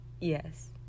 Yes